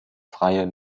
freier